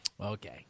okay